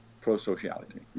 pro-sociality